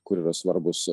kur yra svarbūs